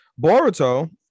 Boruto